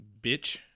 bitch